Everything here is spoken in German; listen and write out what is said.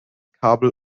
kabel